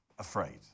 afraid